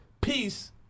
peace